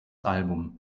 album